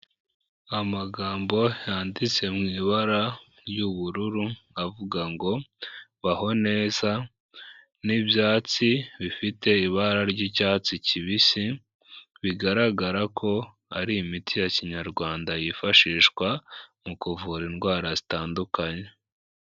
Amagambo yanditse mu ibara ry'ubururu avuga ngo "baho neza" n'ibyatsi bifite ibara ry'icyatsi kibisi, bigaragara ko ari imiti ya kinyarwanda yifashishwa mu kuvura indwara zitandukanye.